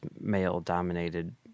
male-dominated